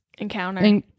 encounter